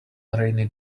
rainy